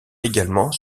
également